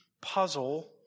Puzzle